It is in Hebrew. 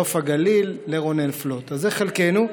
בנוף הגליל, לרונן פלוט, אז את זה חלקנו.